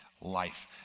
life